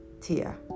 tia